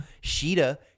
Sheeta